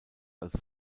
als